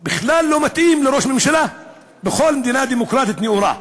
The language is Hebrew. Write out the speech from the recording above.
שהוא בכלל לא מתאים לראש ממשלה בכל מדינה דמוקרטית נאורה.